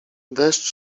deszcz